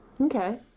Okay